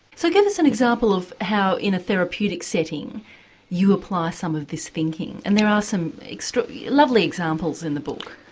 so give us an example of how in a therapeutic setting you apply some of this thinking and there are some lovely examples in the book.